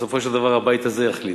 בסופו של דבר הבית הזה יחליט.